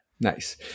Nice